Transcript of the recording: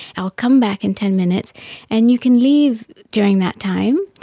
i'll come back in ten minutes and you can leave during that time.